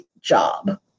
job